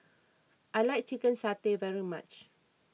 I like Chicken Satay very much